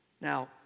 Now